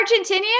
Argentinian